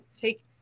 take